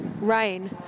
rain